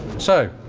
so